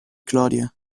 claudia